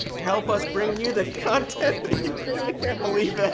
to help us bring you the content. i can't believe that.